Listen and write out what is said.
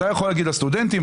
אתה יכול להגיד, הסטודנטים.